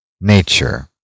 nature